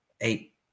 eight